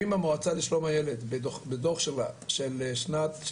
אם המועצה לשלום הילד בדוח של שנת 2018